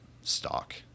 stock